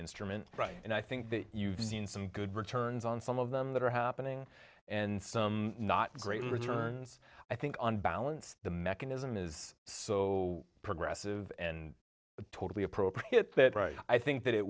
instrument and i think you've seen some good returns on some of them that are happening and some not great returns i think on balance the mechanism is so progressive and totally appropriate that right i think that it